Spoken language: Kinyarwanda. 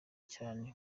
cyane